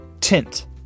Tint